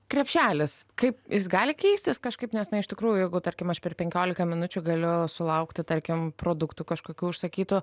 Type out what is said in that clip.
krepšelis kaip jis gali keistis kažkaip nes na iš tikrųjų tarkim aš per penkiolika minučių galiu sulaukti tarkim produktų kažkokių užsakytų